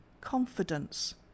confidence